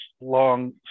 long